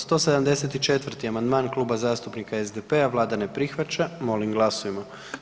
174. amandman Kluba zastupnika SDP-a Vlada ne prihvaća, molim glasujmo.